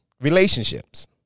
relationships